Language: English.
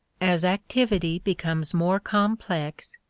as activity becomes more complex,